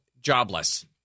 jobless